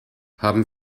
haben